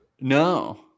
No